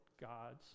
God's